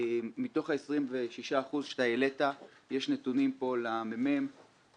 מתוך 26% שאתה העלית יש פה נתונים של מרכז המחקר והמידע